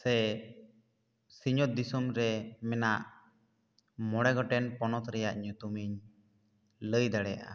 ᱥᱮ ᱥᱤᱧᱚᱛ ᱫᱤᱥᱟᱹᱢ ᱨᱮ ᱢᱮᱱᱟᱜ ᱢᱚᱬᱮ ᱜᱚᱴᱮᱱ ᱯᱚᱱᱚᱛ ᱨᱮᱭᱟᱜ ᱧᱩᱛᱩᱢ ᱤᱧ ᱞᱟᱹᱭ ᱫᱟᱲᱮᱭᱟᱜᱼᱟ